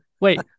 wait